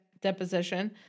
deposition